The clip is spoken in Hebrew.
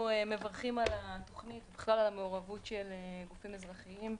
על התוכנית ובכלל על המעורבות של גופים אזרחיים.